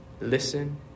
listen